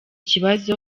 kibazo